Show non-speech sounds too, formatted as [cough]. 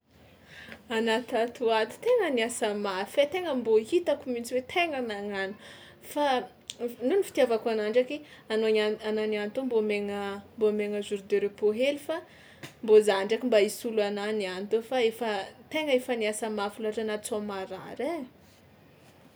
Anà tato ho ato tegna niasa mafy ai, tegna mbô hitako mihitsy hoe tegna nagnano, fa [noise] f- noho ny fitiavako anà ndraiky, anao niany anà niany to mbô omegna mbô omegna jour de repos hely fa mbô za ndraiky mba hisolo anà niany tô fa efa tegna efa niasa mafy loatra anà tsao marary ai.